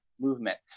movement